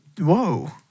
Whoa